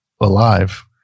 alive